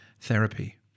therapy